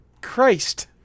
Christ